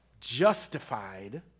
justified